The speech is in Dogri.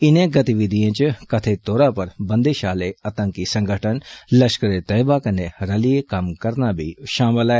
इनें गतिविधिएं च कथित तौर पर बंदष आले आतंकी संगठन लष्करे तौयबा कन्नै रलियै कम्म करना बी षामल ऐ